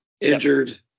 injured